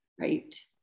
Right